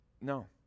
No